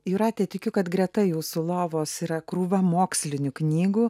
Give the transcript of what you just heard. jūrate tikiu kad greta jūsų lovos yra krūvą mokslinių knygų